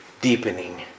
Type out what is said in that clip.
deepening